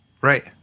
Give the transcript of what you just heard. right